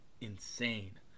insane